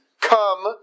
come